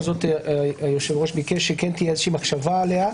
זאת היושב ראש ביקש שכן תהיה איזושהי מחשבה עליה.